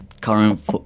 current